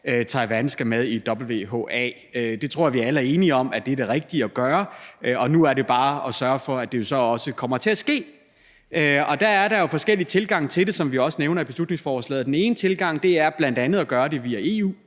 Taiwan skal med i WHA. Det tror jeg at vi alle er enige om er det rigtige at gøre, og nu er det bare om at sørge for, at det jo så også kommer til at ske. Og der er jo forskellige tilgang til det, som vi også nævner i beslutningsforslaget. Den ene tilgang er at gøre det bl.a. via EU.